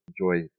enjoy